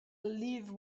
leave